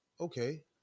okay